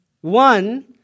One